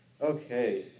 Okay